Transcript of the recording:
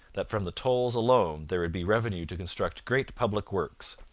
that from the tolls alone there would be revenue to construct great public works.